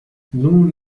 nun